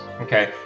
Okay